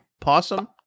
Possum